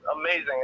amazing